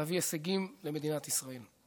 להביא הישגים למדינת ישראל.